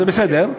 זה בסדר,